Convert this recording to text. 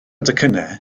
docynnau